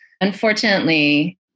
Unfortunately